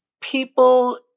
People